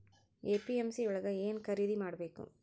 APMC ಯೊಳಗ ಏನ್ ಖರೀದಿದ ಮಾಡ್ಬೇಕು?